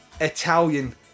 Italian